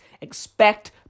Expect